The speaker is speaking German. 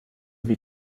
wie